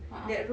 a'ah